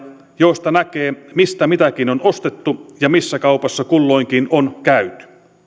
joista näkee mistä mitäkin on ostettu ja missä kaupassa kulloinkin on